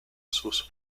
sus